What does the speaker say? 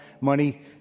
money